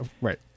Right